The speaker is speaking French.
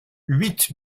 huit